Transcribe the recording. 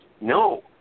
No